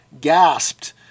gasped